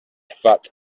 fat